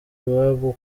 iwabo